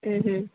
ಹ್ಞೂಂ ಹ್ಞೂಂ